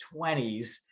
20s